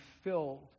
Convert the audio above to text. filled